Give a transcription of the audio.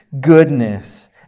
goodness